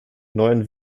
neuen